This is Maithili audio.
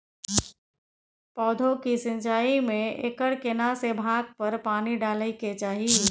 पौधों की सिंचाई में एकर केना से भाग पर पानी डालय के चाही?